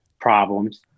problems